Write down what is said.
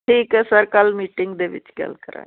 ਠੀਕ ਹੈ ਸਰ ਕੱਲ੍ਹ ਮੀਟਿੰਗ ਦੇ ਵਿੱਚ ਗੱਲ ਕਰਾਂਗੇ